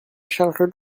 charge